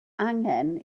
angen